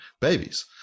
babies